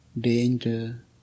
danger